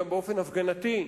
באופן הפגנתי,